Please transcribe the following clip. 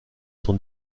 son